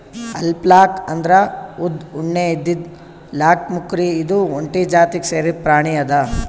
alpaca ಅಂದ್ರ ಉದ್ದ್ ಉಣ್ಣೆ ಇದ್ದಿದ್ ಲ್ಲಾಮ್ಕುರಿ ಇದು ಒಂಟಿ ಜಾತಿಗ್ ಸೇರಿದ್ ಪ್ರಾಣಿ ಅದಾ